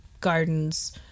gardens